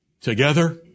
Together